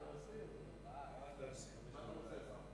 ההצעה שלא לכלול את